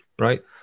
Right